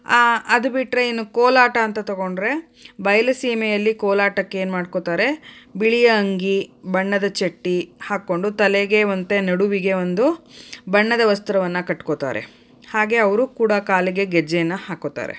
ಅದು ಬಿಟ್ಟರೆ ಇನ್ನು ಕೋಲಾಟ ಅಂತ ತಗೊಂಡ್ರೆ ಬಯಲು ಸೀಮೆಯಲ್ಲಿ ಕೋಲಾಟಕ್ಕೆ ಏನು ಮಾಡ್ಕೋತಾರೆ ಬಿಳಿಯ ಅಂಗಿ ಬಣ್ಣದ ಚಡ್ಡಿ ಹಾಕ್ಕೊಂಡು ತಲೆಗೆ ವಂತೆ ನಡುವಿಗೆ ಒಂದು ಬಣ್ಣದ ವಸ್ತ್ರವನ್ನು ಕಟ್ಕೋತಾರೆ ಹಾಗೆ ಅವರೂ ಕೂಡ ಕಾಲಿಗೆ ಗೆಜ್ಜೆಯನ್ನು ಹಾಕ್ಕೋತಾರೆ